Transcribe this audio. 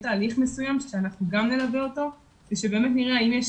תהליך מסוים שאנחנו גם נלווה אותו ושבאמת נראה האם יש